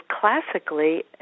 classically